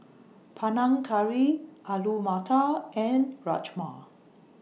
Panang Curry Alu Matar and Rajma